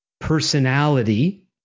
personality